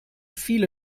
viele